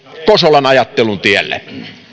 kosolan ajattelun tiellä